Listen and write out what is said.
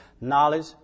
knowledge